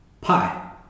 Pie